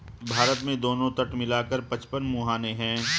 भारत में दोनों तट मिला कर पचपन मुहाने हैं